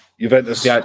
Juventus